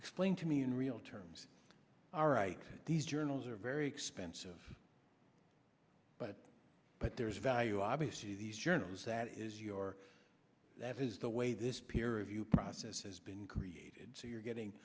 explain to me in real terms all right these journals are very expensive but but there is value obviously these journals that is your that is the way this peer you process has been created so you're getting